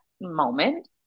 moment